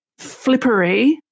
flippery